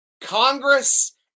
Congress